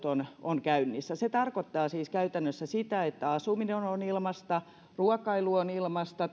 on vastaanottopalvelut käynnissä se tarkoittaa siis käytännössä sitä että asuminen on ilmaista ruokailu on ilmaista